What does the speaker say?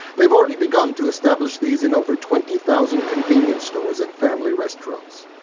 they've already begun to establish these in over twenty thousand convenience stores and family restaurants.